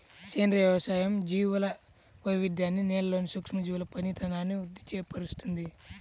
సేంద్రియ వ్యవసాయం జీవుల వైవిధ్యాన్ని, నేలలోని సూక్ష్మజీవుల పనితనాన్ని వృద్ది పరుస్తుంది